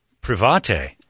Private